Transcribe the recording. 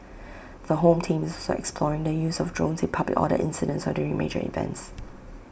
the home team is also exploring the use of drones in public order incidents or during major events